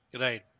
Right